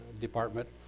department